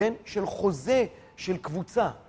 כן? של חוזה, של קבוצה.